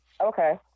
Okay